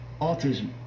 autism